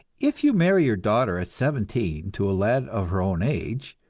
if you marry your daughter at seventeen to a lad of her own age,